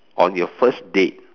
on your first date